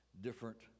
different